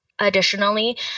Additionally